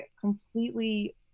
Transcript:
completely